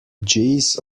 geese